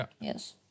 Yes